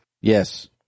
Yes